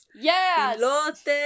Yes